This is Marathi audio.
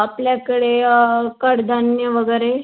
आपल्याकडे कडधान्य वगैरे